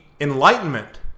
enlightenment